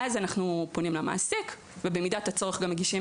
ואז אנחנו פונים למעסיק ובמידת הצורך מגישים